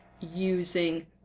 using